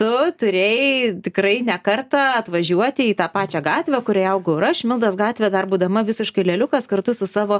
tu turėjai tikrai ne kartą atvažiuoti į tą pačią gatvę kurioje augau ir aš mildos gatvė dar būdama visiškai lėliukas kartu su savo